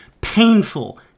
painful